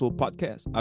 podcast